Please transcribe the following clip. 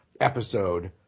episode